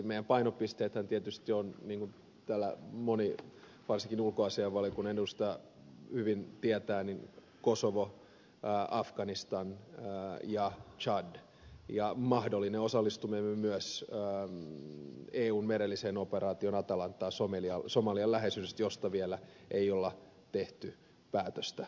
meidän painopisteemme tietysti ovat niin kun täällä moni varsinkin ulkoasiainvaliokunnan edustaja hyvin tietää kosovo afganistan ja tsad ja mahdollinen osallistuminen somalian läheisyydessä myös eun merelliseen operaatioon atalantaan josta vielä ei ole tehty päätöstä